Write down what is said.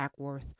Ackworth